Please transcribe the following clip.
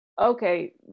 okay